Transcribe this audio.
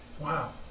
Wow